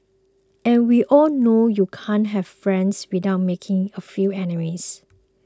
and we all know you can't have friends without making a few enemies